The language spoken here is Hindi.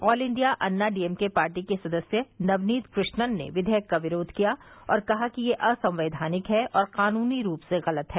all India Anna D M K party के सदस्य नवनीत कृष्णन ने विवेयक का विरोध किया और कहा कि यह असंवैधानिक है और कानूनी रूप से गलत है